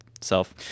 self